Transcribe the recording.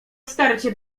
starcie